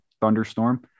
thunderstorm